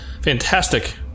Fantastic